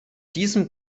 diesem